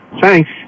Thanks